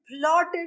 plotted